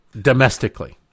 domestically